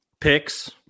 Picks